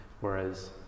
whereas